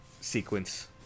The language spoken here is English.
sequence